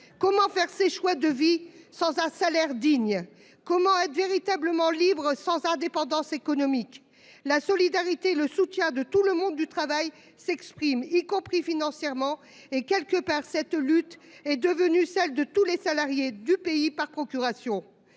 comment faire ses choix de vie sans un salaire digne. Comment être véritablement libre sans indépendance économique. La solidarité, le soutien de tout le monde du travail s'exprime, y compris financièrement et quelque part cette lutte est devenue celle de tous les salariés du pays par procuration.